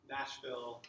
Nashville